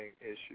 issue